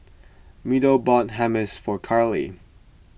Meadow bought Hummus for Carly